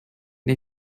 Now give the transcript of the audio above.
tem